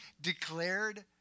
declared